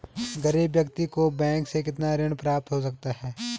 गरीब व्यक्ति को बैंक से कितना ऋण प्राप्त हो सकता है?